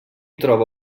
troba